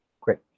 Great